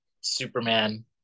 superman